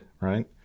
right